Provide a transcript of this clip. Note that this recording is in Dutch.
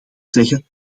zeggen